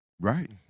Right